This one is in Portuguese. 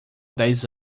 dez